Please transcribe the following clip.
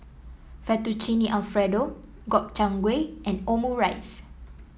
Fettuccine Alfredo Gobchang Gui and Omurice